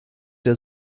der